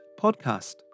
podcast